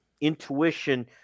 intuition